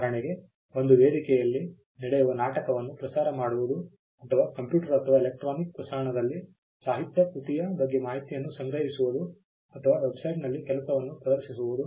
ಉದಾಹರಣೆಗೆ ಒಂದು ವೇದಿಕೆಯಲ್ಲಿ ನಡೆಯುವ ನಾಟಕವನ್ನು ಪ್ರಸಾರ ಮಾಡುವುದು ಅಥವಾ ಕಂಪ್ಯೂಟರ್ ಅಥವಾ ಎಲೆಕ್ಟ್ರಾನಿಕ್ ಪ್ರಸರಣದಲ್ಲಿ ಸಾಹಿತ್ಯ ಕೃತಿಯ ಬಗ್ಗೆ ಮಾಹಿತಿಯನ್ನು ಸಂಗ್ರಹಿಸುವುದು ಅಥವಾ ವೆಬ್ಸೈಟ್ನಲ್ಲಿ ಕೆಲಸವನ್ನು ಪ್ರದರ್ಶಿಸುವುದು